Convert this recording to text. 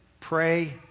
Pray